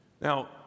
now